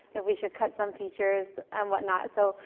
if we should cut some features, and whatnot. so,